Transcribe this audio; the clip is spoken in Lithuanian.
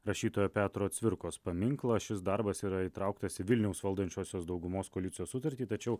rašytojo petro cvirkos paminklą šis darbas yra įtrauktas į vilniaus valdančiosios daugumos koalicijos sutartį tačiau